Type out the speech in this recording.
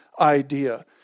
idea